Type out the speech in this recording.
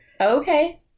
Okay